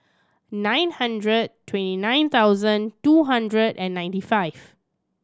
nine hundred twenty nine thousand two hundred and ninety five